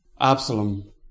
Absalom